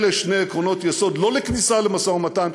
אלה שני עקרונות יסוד לא לכניסה למשא-ומתן,